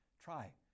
Try